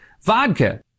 vodka